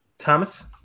Thomas